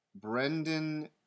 Brendan